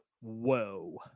Whoa